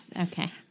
Okay